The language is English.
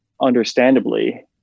understandably